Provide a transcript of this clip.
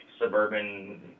suburban